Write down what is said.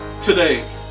today